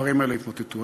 הדברים האלה התמוטטו.